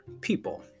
people